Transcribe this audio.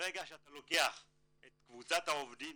ברגע שאתה לוקח את קבוצת העובדים